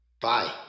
Bye